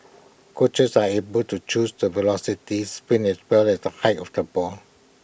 coaches are able to choose the velocity spin as well as the height of the ball